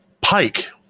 Pike